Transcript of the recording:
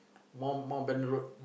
mount Mountbatten road